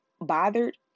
bothered